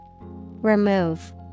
Remove